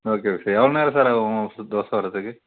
okay okay எவ்வளோ நேரம் sir ஆகும் சு தோசை வர்றதுக்கு